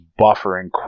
buffering